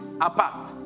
apart